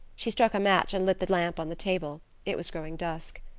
she struck a match and lit the lamp on the table it was growing dusk.